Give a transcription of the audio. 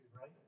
right